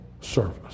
service